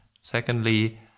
Secondly